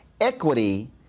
equity